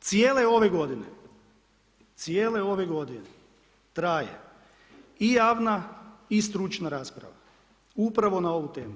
Cijele ove godine, cijele ove godine traje i javna i stručna rasprava, upravo na ovu temu,